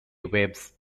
waves